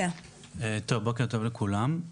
בוקר טוב לכולם.